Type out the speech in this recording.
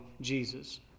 Jesus